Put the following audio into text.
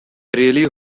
really